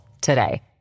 today